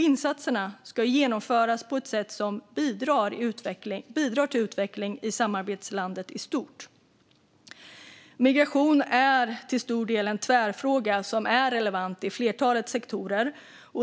Insatserna ska genomföras på ett sätt som bidrar till utveckling i samarbetslandet i stort. Migration är till stor del en tvärfråga som är relevant i flertalet sektorer.